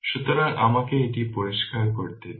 সুতরাং আমাকে এটি পরিষ্কার করতে দিন